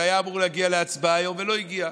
זה היה אמור להגיע להצבעה היום ולא הגיע.